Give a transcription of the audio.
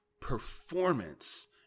performance